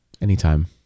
anytime